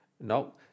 No